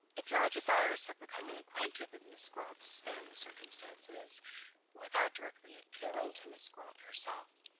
if you are desirous of becoming acquainted with miss gwilt's family circumstances without directly appealing to miss gwilt herself,